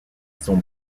son